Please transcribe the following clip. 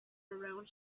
around